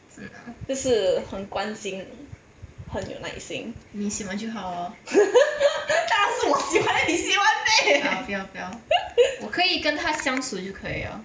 就是很关心很有耐心 当然是我喜欢 then 你喜欢 meh